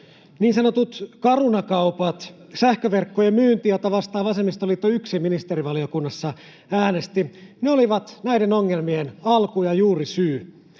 Niin sanotut Caruna-kaupat — sähköverkkojen myynti, jota vastaan vasemmistoliitto yksin ministerivaliokunnassa äänesti — olivat näiden ongelmien alku- ja juurisyy.